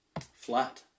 flat